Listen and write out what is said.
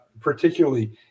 particularly